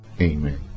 Amen